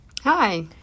Hi